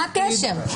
מה ההקשר?